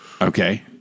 Okay